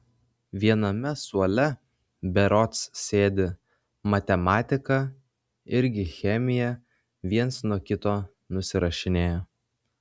viename suole berods sėdi matematiką irgi chemiją viens nuo kito nusirašinėja